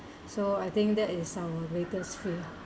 so I think that is our latest fear